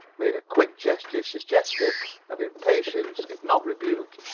made a quick gesture suggestive of impatience if not rebuke,